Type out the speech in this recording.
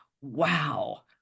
Wow